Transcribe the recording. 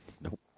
Nope